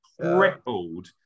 crippled